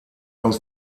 aus